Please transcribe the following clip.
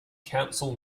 council